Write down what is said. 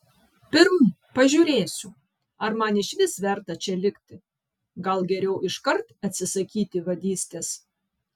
pirm pažiūrėsiu ar man išvis verta čia likti gal geriau iškart atsisakyti vadystės